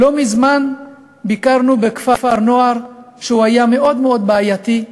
לא מזמן ביקרנו בכפר-נוער שהיה מאוד מאוד בעייתי.